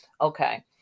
Okay